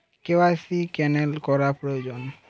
KYC cancel করা প্রয়োজন?